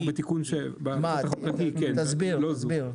תסביר בבקשה.